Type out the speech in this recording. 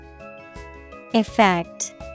Effect